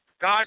god